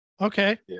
Okay